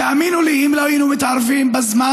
תאמינו לי, אם לא היו מתערבים בזמן,